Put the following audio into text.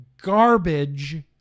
garbage